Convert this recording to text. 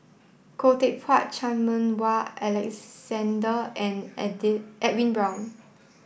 Khoo Teck Puat Chan Meng Wah and Edwin Brown